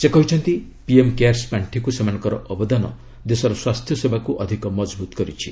ସେ କହିଛନ୍ତି PM CARES ପାର୍ଷିକ୍ ସେମାନଙ୍କର ଅବଦାନ ଦେଶର ସ୍ୱାସ୍ଥ୍ୟସେବାକୁ ଅଧିକ ମଜବୁତ୍ କରିଛି